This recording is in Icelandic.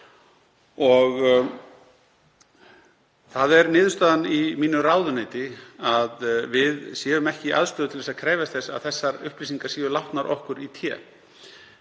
Það er niðurstaðan í mínu ráðuneyti að við séum ekki í aðstöðu til að krefjast þess að þessar upplýsingar séu látnar okkur í té.